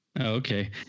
Okay